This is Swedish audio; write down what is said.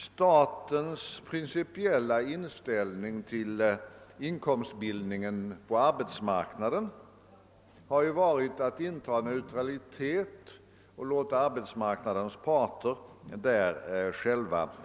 Statens principiella inställning till inkomstbildningen på arbetsmarknaden har varit att staten bör iaktta neutralitet och låta arbetsmarknadens parter där agera själva.